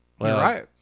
right